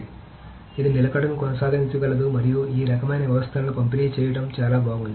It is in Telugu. కాబట్టి ఇది నిలకడను కొనసాగించగలదు మరియు ఈ రకమైన వ్యవస్థలను పంపిణీ చేయడం చాలా బాగుంది